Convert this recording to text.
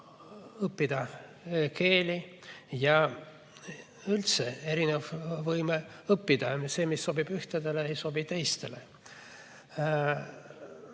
õppida keeli ja üldse erinev võime õppida. See, mis sobib ühtedele, ei sobi teistele.